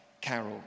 carol